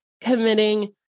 committing